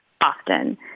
often